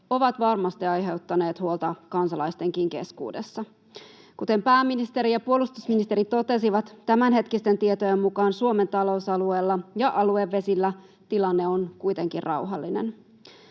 ovat varmasti aiheuttaneet huolta kansalaistenkin keskuudessa. Kuten pääministeri ja puolustusministeri totesivat, tämänhetkisten tietojen mukaan Suomen talousalueella ja aluevesillä tilanne on kuitenkin rauhallinen.